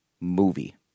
movie